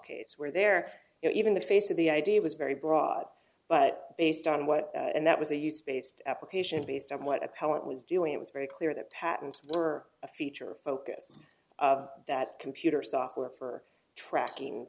case where there is even the face of the idea was very broad but based on what and that was a us based application based on what appellant was doing it was very clear that patents were a feature focus of that computer software for tracking